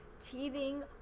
teething